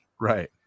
Right